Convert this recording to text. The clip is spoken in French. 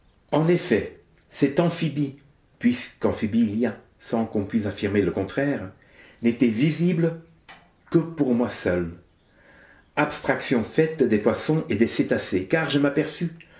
n'était visible que pour moi seul abstraction faite des poissons et des cétacés car je m'aperçus